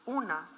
una